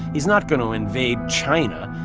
he's not going to invade china.